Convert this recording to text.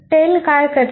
tail काय करते